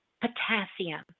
potassium